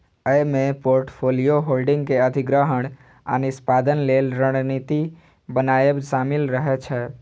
अय मे portfolio holding के अधिग्रहण आ निष्पादन लेल रणनीति बनाएब शामिल रहे छै